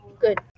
good